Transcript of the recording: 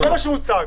זה השקר בהתגלמותו.